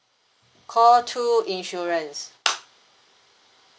call two insurance